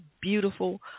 beautiful